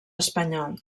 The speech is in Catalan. espanyol